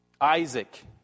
Isaac